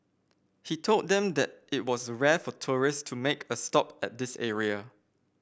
he told them that it was rare for tourist to make a stop at this area